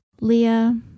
Leah